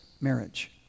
marriage